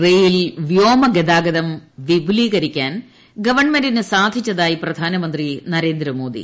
rail വ്യോമഗതാഗതം വിപുലീകരിക്കാൻ ഗവൺമെന്റിന് സാധിച്ചതായി പ്രധാനമന്ത്രി നരേന്ദ്ര മോദി